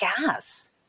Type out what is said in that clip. gas